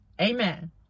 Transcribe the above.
amen